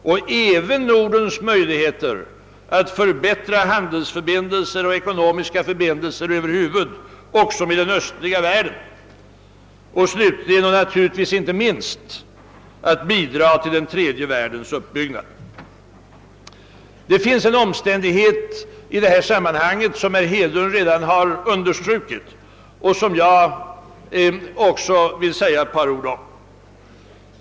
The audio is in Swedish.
Detta gäller även Nordens möjligheter att förbättra handelsförbindelser och ekonomiska förbindelser över huvud med den östliga världen samt slutligen och naturligtvis inte minst Nordens möjligheter att bidra till den tredje världens uppbyggnad. Det finns en omständighet i detta sammanhang som herr Hedlund redan har understrukit betydelsen av och som även jag vill säga ett par ord om.